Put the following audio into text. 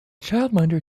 childminder